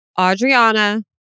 Adriana